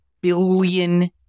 billion